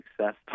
success